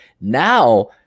now